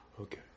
Okay